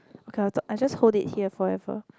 okay i'll talk I just hold it here forever